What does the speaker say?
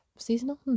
seasonal